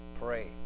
pray